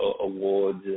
awards